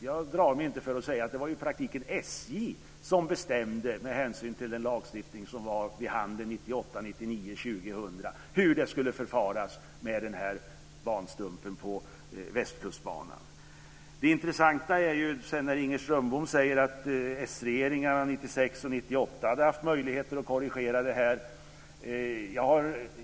Jag drar mig inte för att säga att det i praktiken var SJ som bestämde, med hänsyn till den lagstiftning som var vid handen 1998 2000, hur man skulle förfara med denna banstump på Det är intressant att Inger Strömbom säger att de socialdemokratiska regeringarna 1996-1998 hade haft möjligheter att korrigera detta.